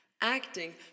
Acting